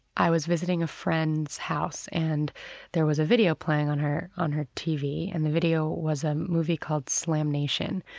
i was visiting a friend's house and there was a video playing on her on her tv and the video was a movie called slamnation.